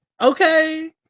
okay